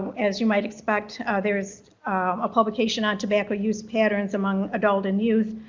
as you might expect, there's a publication on tobacco use patterns among adult and youth,